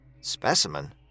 Specimen